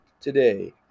today